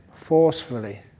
forcefully